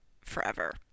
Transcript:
forever